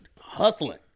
hustling